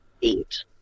Eat